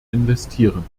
investieren